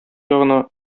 ягына